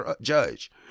judge